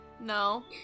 No